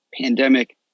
pandemic